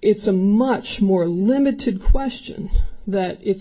it's a much more limited question that it's